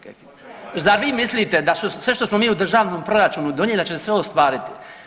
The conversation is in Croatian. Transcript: Kekin, zar vi mislite da sve što smo mi u državnom proračunu donijeli da će se sve ostvariti.